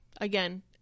again